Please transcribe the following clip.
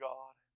God